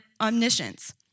omniscience